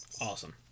awesome